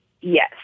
Yes